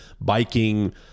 biking